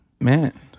Man